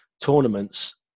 Tournaments